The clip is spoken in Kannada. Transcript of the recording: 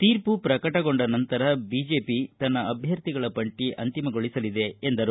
ತೀರ್ಮ ಪ್ರಕಟಗೊಂಡ ನಂತರ ಬಿಜೆಪಿ ತನ್ನ ಅಭ್ಯರ್ಥಿಗಳ ಪಟ್ಟ ಅಂತಿಮಗೊಳಿಸಲಿದೆ ಎಂದರು